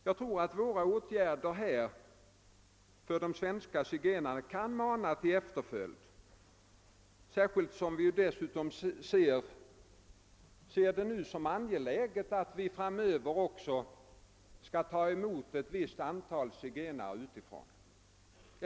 Jag tror att våra åtgärder beträffande de svenska zigenarna kan mana till efterföljd, särskilt som vi anser det vara angeläget att även framdeles ta emot ett visst antal zigenare utifrån.